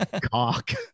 cock